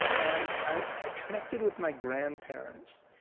and i ah connected with my grandparents.